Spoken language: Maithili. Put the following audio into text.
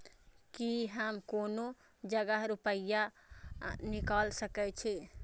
की हम कोनो जगह रूपया निकाल सके छी?